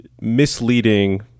Misleading